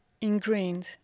ingrained